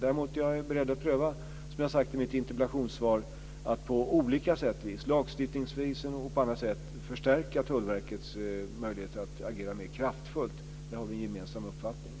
Däremot är jag beredd att pröva, som jag har sagt i mitt interpellationssvar, att på olika sätt - lagstiftningsvis och på annat sätt - förstärka Tullverkets möjligheter att agera mer kraftfullt. Där har vi en gemensam uppfattning.